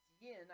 Yin